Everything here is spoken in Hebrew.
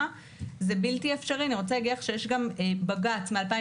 אין לנו דרך אחרת לצאת מהיישוב למעט